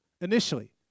initially